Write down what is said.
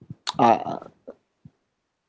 uh